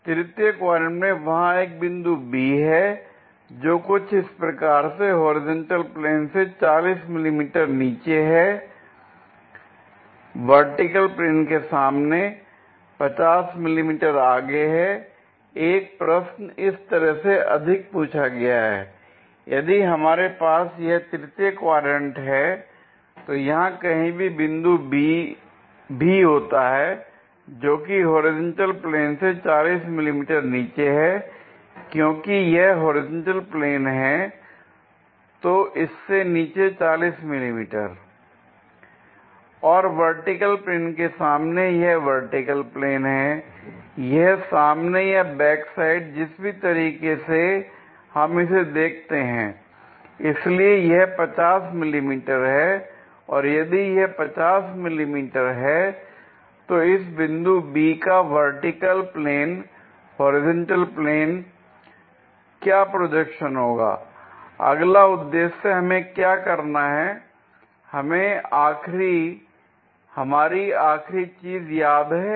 तृतीय क्वाड्रेंट में वहां एक बिंदु B है जो कि कुछ इस प्रकार से होरिजेंटल प्लेन से 40 मिलीमीटर नीचे है वर्टिकल प्लेन के सामने में 50 मिली मीटर आगे है एक प्रश्न इस तरह से अधिक पूछा गया है l यदि हमारे पास यह तृतीय क्वाड्रेंट है तो यहां कहीं भी बिंदु B भी होता है जोकि होरिजेंटल प्लेन से40 मिली मीटर नीचे है क्योंकि यह होरिजेंटल प्लेन हैं तो इससे नीचे 40 मिलीमीटर l और वर्टिकल प्लेन के सामने यह वर्टिकल प्लेन है यह सामने या बैक साइड जिस भी तरीके से हम इसे देखते हैं l इसलिए यह 50 मिलीमीटर है यदि यह 50 मिलीमीटर है तो इस बिंदु B का वर्टिकल प्लेन होरिजेंटल प्लेन क्या प्रोजेक्शन होगा l अगला उद्देश्य हमें क्या करना है हमारी आखिरी चीज याद है